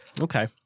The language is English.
Okay